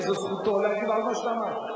וזו זכותו להגיב על מה שאתה אמרת.